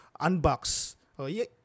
Unbox